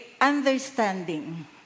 understanding